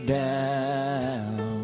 down